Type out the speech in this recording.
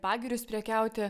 pagirius prekiauti